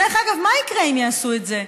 דרך אגב, מה יקרה אם יעשו את זה?